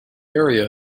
area